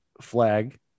flag